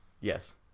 Yes